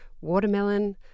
Watermelon